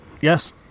Yes